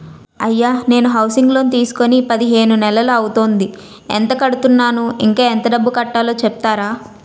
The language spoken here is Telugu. అయ్యా నేను హౌసింగ్ లోన్ తీసుకొని పదిహేను నెలలు అవుతోందిఎంత కడుతున్నాను, ఇంకా ఎంత డబ్బు కట్టలో చెప్తారా?